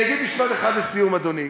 אני אגיד משפט אחד לסיום, אדוני.